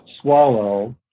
swallow